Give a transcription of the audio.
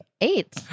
Eight